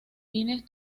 hines